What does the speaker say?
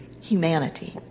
humanity